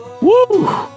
Woo